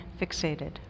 fixated